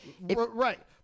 Right